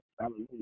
Hallelujah